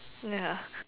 ya